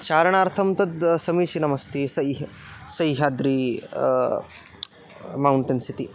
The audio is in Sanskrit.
चारणार्थं तद् समीचीनमस्ति सैः सैह्याद्री मौण्टेन्स् इति